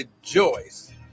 rejoice